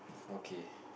okay